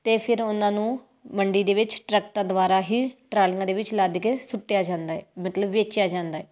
ਅਤੇ ਫਿਰ ਉਹਨਾਂ ਨੂੰ ਮੰਡੀ ਦੇ ਵਿੱਚ ਟਰੈਕਟਰਾਂ ਦੁਆਰਾ ਹੀ ਟਰਾਲੀਆਂ ਦੇ ਵਿੱਚ ਲੱਦ ਕੇ ਸੁੱਟਿਆ ਜਾਂਦਾ ਹੈ ਮਤਲਬ ਵੇਚਿਆ ਜਾਂਦਾ